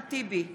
אחמד טיבי,